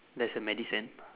there's a medicine